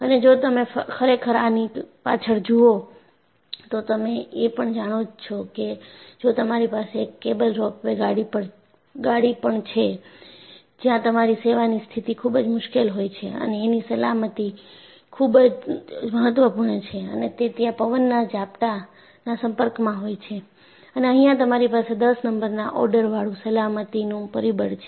અને જો તમે ખરેખર આની પાછળ જુઓ તો તમે એ જાણો જ છો કે જો તમારી પાસે એક કેબલ રોપવે ગાડી પણ છે જ્યાં તમારી સેવાની સ્થિતિ ખૂબ જ મુશ્કેલ હોય છે અને એની સલામતી ખૂબ જ મહત્વપૂર્ણ છે અને તે ત્યાં પવનના ઝાપટાના સંપર્કમાં હોય છે અને અહિયાં તમારી પાસે 10 નંબરના ઓર્ડરવાળું સલામતીનું પરિબળ છે